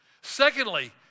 Secondly